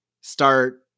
start